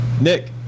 Nick